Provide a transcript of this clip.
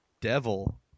Devil